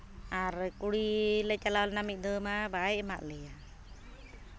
ᱟᱨ ᱠᱩᱲᱤ ᱞᱮ ᱪᱟᱞᱟᱣ ᱞᱮᱱᱟ ᱢᱤᱫ ᱫᱟᱣ ᱢᱟ ᱵᱟᱭ ᱮᱢᱟᱜ ᱞᱮᱭᱟ